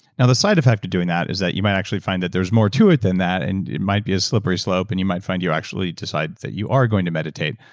now the side effect of doing that, is that you might actually find that there's more to it than that and it might be a slippery slope, and you might find you actually decide that you are going to meditate,